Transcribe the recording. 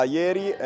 ieri